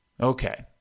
Okay